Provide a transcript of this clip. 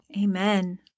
Amen